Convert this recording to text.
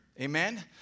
Amen